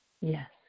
Yes